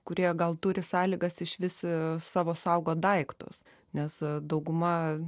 kurie gal turi sąlygas iš vis savo saugot daiktus nes dauguma